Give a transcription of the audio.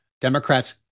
Democrats